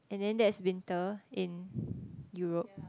and then that's winter in Europe